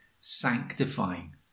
sanctifying